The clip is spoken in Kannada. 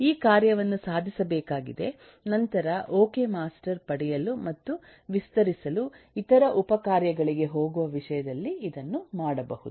ಈ ಕಾರ್ಯವನ್ನು ಸಾಧಿಸಬೇಕಾಗಿದೆ ನಂತರ ಓಕೆ ಮಾಸ್ಟರ್ ಪಡೆಯಲು ಮತ್ತು ವಿಸ್ತರಿಸಲು ಇತರ ಉಪ ಕಾರ್ಯಗಳಿಗೆ ಹೋಗುವ ವಿಷಯದಲ್ಲಿ ಇದನ್ನು ಮಾಡಬಹುದು